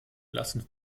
lassen